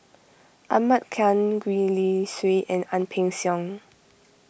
Ahmad Khan Gwee Li Sui and Ang Peng Siong